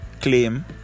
claim